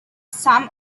sum